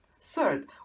Third